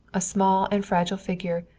a small and fragile figure,